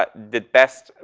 but the best,